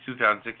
2016